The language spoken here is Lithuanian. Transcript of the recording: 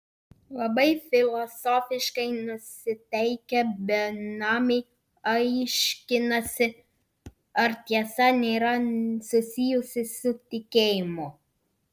labai filosofiškai nusiteikę benamiai aiškinasi ar tiesa nėra susijusi su tikėjimu